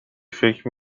فکر